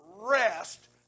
rest